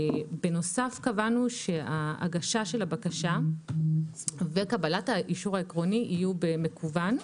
בנוסף קבענו שההגשה של הבקשה וקבלת האישור העקרוני יהיו במקוון.